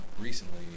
recently